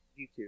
YouTube